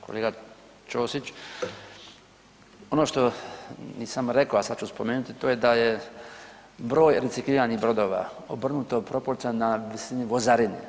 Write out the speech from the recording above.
Kolega Čosić, ono što nisam rekao, a sad ću spomenuti to je da je broj recikliranih brodova obrnuto proporcionalan visini vozarine.